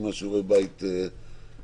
עם שיעורי הבית שלכם.